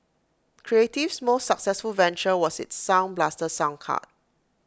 creative's most successful venture was its sound blaster sound card